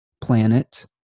planet